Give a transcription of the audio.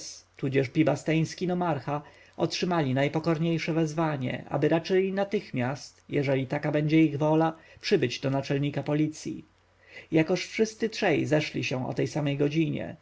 tudzież pi-basteński nomarcha otrzymali najpokorniejsze wezwanie aby raczyli natychmiast jeżeli taka będzie ich wola przybyć do naczelnika policji jakoż wszyscy trzej zeszli się o tej samej godzinie